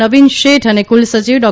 નવીન શેઠ અને કુલસચિવ ડો